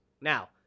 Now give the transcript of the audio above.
Now